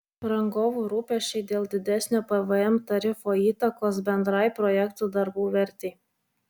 rangovų rūpesčiai dėl didesnio pvm tarifo įtakos bendrai projektų darbų vertei